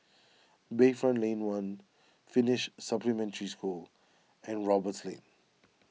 Bayfront Lane one Finnish Supplementary School and Roberts Lane